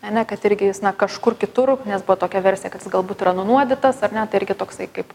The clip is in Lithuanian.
ane kad irgi jis na kažkur kitur nes buvo tokia versija kad galbūt yra nunuodytas ar net tai irgi toksai kaip